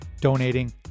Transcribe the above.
donating